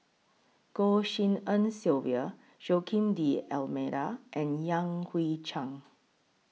Goh Tshin En Sylvia Joaquim D'almeida and Yan Hui Chang